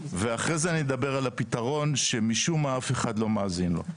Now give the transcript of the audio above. ואחרי זה אני אדבר על הפתרון שמשום מה אף אחד לא מאזין לו.